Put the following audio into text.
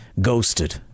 ghosted